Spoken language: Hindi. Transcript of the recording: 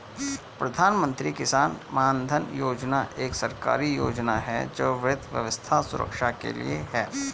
प्रधानमंत्री किसान मानधन योजना एक सरकारी योजना है जो वृद्धावस्था सुरक्षा के लिए है